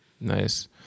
Nice